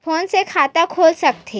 Phone से खाता खुल सकथे?